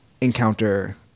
encounter